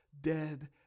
dead